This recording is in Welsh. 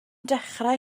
dechrau